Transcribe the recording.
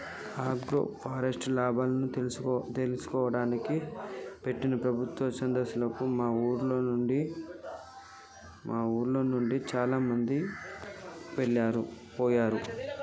agroforest లాభాలను తెలియజేయడానికి పెట్టిన ప్రభుత్వం సదస్సులకు మా ఉర్లోనుండి చాలామంది పోయిండ్లు